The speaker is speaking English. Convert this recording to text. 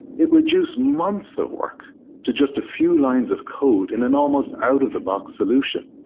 it reduced months of work to just a few lines of code in an almost out-of-the-box solution.